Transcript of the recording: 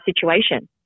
situation